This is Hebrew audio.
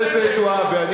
במחיר המים.